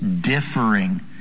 differing